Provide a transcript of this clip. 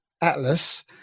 Atlas